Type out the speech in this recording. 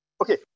Okay